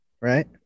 right